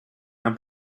and